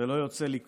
ולא יוצא לי קול",